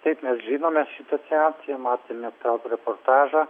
taip mes žinome šitą situaciją matome tą reportažą